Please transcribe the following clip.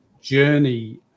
journey